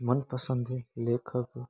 मनपसंद लेखक